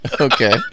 Okay